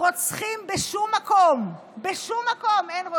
רוצחים בשום מקום שיודעים